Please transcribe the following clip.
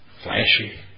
Flashy